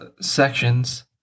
sections